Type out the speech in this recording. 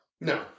No